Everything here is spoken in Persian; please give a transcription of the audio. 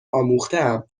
آموختهام